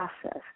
process